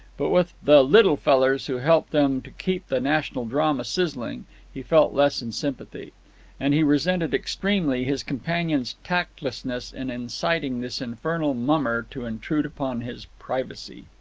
but with the little fellers who helped them to keep the national drama sizzling he felt less in sympathy and he resented extremely his companion's tactlessness in inciting this infernal mummer to intrude upon his privacy.